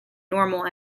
normal